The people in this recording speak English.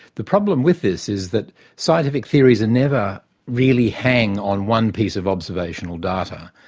the problem with this is that scientific theories and never really hang on one piece of observational data.